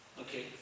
Okay